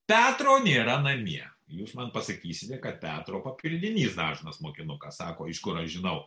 petro nėra namie jūs man pasakysite kad petro papildinys dažnas mokinukas sako iš kur aš žinau